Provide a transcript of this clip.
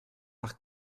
par